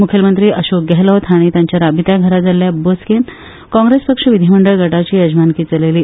मुखेलमंत्री अशोक गेहलोत हाणी तांच्या राबित्या घरा जाल्ल्या बसकेन काँग्रेस पक्ष विधीमंडळ गटाची येजमानकी चलयली